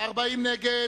40 נגד.